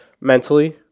mentally